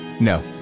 No